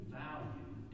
value